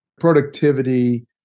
productivity